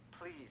Please